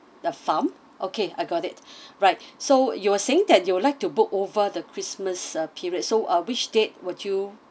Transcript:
the farm okay I got it right so you're saying that you would like to book over the christmas uh period so uh which date would you